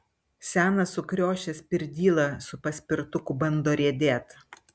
senas sukriošęs pirdyla su paspirtuku bando riedėt